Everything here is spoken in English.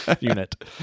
unit